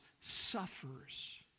suffers